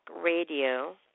Radio